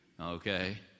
Okay